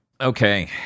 Okay